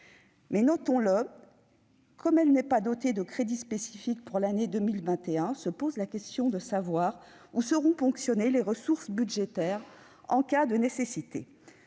Mais notons-le, comme elle n'est pas dotée de crédits spécifiques pour l'année 2021, se posera la question de savoir où seront ponctionnées les ressources budgétaires en cas de besoin.